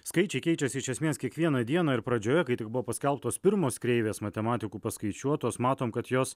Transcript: skaičiai keičiasi iš esmės kiekvieną dieną ir pradžioje kai tik buvo paskelbtos pirmos kreivės matematikų paskaičiuotos matom kad jos